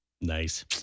Nice